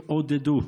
ויתעודדו.